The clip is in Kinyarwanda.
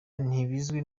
ntibizwi